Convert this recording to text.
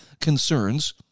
concerns